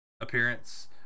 appearance